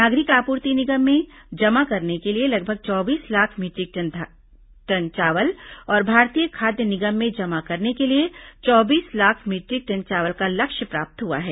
नागरिक आपूर्ति निगम में जमा करने के लिए लगभग चौबीस लाख मीटरिक टन चावल और भारतीय खाद्य निगम में जमा करने के लिए चौबीस लाख मीटरिक टन चावल का लक्ष्य प्राप्त हुआ है